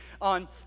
On